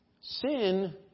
Sin